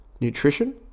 nutrition